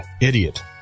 idiot